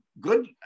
Good